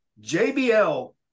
jbl